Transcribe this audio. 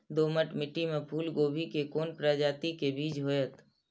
दोमट मिट्टी में फूल गोभी के कोन प्रजाति के बीज होयत?